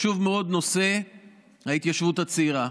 חשוב מאוד נושא ההתיישבות הצעירה.